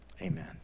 Amen